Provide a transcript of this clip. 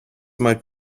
might